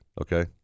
okay